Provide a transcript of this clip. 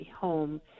home